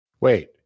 wait